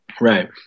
Right